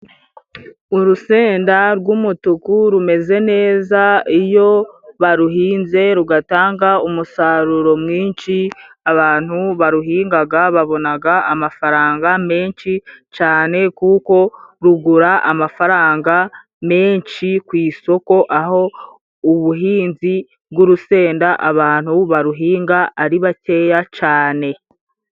Urusenda rw'umutuku rumeze neza. Iyo baruhinze rugatanga umusaruro mwinshi. Abantu baruhingaga babonaga amafaranga menshi cane, kuko rugura amafaranga menshi ku isoko, aho ubuhinzi bw'urusenda abantu baruhinga ari bakeya cane.